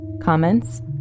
Comments